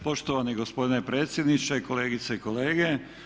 Poštovani gospodine predsjedniče, kolegice i kolege.